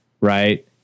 right